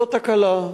זאת תקלה.